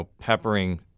peppering